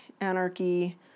anarchy